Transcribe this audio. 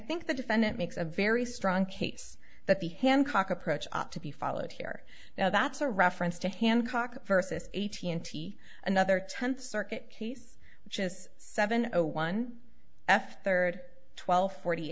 think the defendant makes a very strong case that the hancock approach ought to be followed here now that's a reference to hancock versus a t n t another tenth circuit case which is seven zero one f third twelve forty